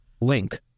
Link